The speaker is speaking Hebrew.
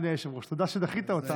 אדוני היושב-ראש, תודה שדחית אותה.